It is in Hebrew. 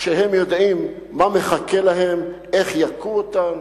כשהם יודעים מה מחכה להם, איך יכו אותם?